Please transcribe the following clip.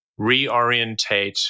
reorientate